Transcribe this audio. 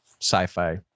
sci-fi